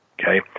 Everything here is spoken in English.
okay